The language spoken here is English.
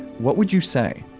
what would you say?